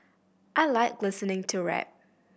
I like listening to rap